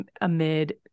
amid